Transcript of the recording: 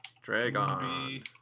Dragon